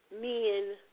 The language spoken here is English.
men